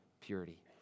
purity